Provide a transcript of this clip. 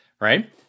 right